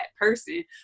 person